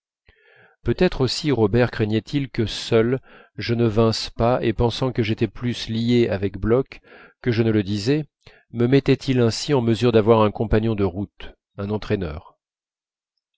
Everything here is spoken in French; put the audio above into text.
peut-être aussi robert craignait-il que seul je ne vinsse pas et pensant que j'étais plus lié avec bloch que je ne le disais me mettait-il ainsi en mesure d'avoir un compagnon de route un entraîneur